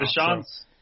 Deshaun's